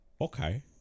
Okay